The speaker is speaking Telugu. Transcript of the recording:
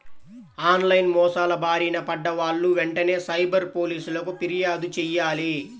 ఆన్ లైన్ మోసాల బారిన పడ్డ వాళ్ళు వెంటనే సైబర్ పోలీసులకు పిర్యాదు చెయ్యాలి